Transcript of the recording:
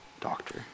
Doctor